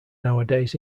nowadays